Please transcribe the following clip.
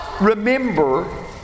remember